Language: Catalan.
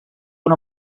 una